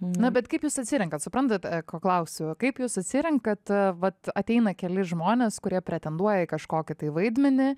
na bet kaip jūs atsirenkat suprantat ko klausiu kaip jūs atsirenkat vat ateina keli žmonės kurie pretenduoja į kažkokį tai vaidmenį